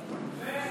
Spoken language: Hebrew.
פשוטה,